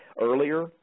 earlier